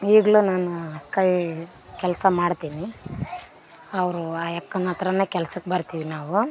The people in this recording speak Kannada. ಈಗಲು ನಾನು ಕೈ ಕೆಲಸ ಮಾಡ್ತೀನಿ ಅವರು ಆ ಅಕ್ಕನಹತ್ರನೇ ಕೆಲ್ಸಕ್ಕೆ ಬರ್ತೀವಿ ನಾವು